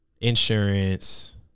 insurance